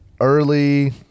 early